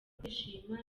kwishima